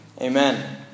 Amen